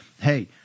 hey